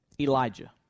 Elijah